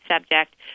subject